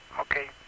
Okay